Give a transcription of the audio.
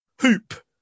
hoop